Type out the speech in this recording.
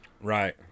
Right